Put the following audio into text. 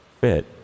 fit